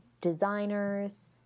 designers